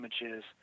images